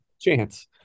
chance